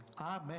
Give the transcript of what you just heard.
Amen